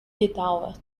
gedauert